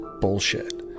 bullshit